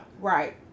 Right